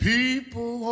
People